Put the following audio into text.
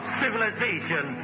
civilization